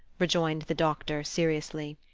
rejoined the doctor, seriously.